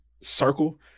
circle